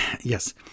Yes